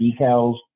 decals